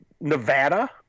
Nevada